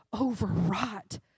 overwrought